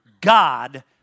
God